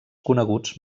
coneguts